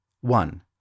One